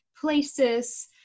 places